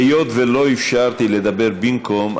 היות שלא אפשרתי לדבר במקום,